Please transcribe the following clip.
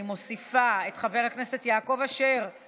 אני מוסיפה את חבר הכנסת יעקב אשר,